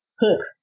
hook